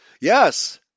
Yes